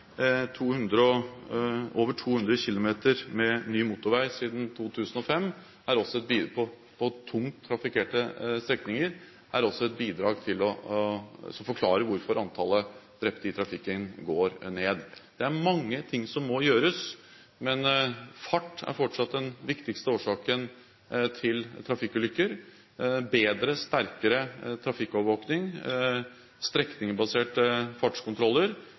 Over 200 km med ny motorvei siden 2005 på tungt trafikkerte strekninger er også et bidrag til å forklare hvorfor antallet drepte i trafikken går ned. Det er mange ting som må gjøres, men fart er fortsatt den viktigste årsaken til trafikkulykker. Bedre, sterkere trafikkovervåking, strekningsbaserte fartskontroller